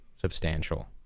substantial